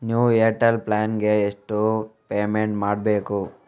New Airtel plan ಗೆ ಎಷ್ಟು payment ಮಾಡ್ಬೇಕು?